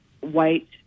white